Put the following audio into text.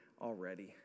already